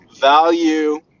Value